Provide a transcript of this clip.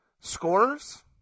scorers